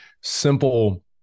simple